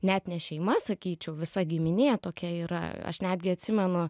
net ne šeima sakyčiau visa giminė tokia yra aš netgi atsimenu